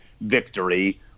victory